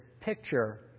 picture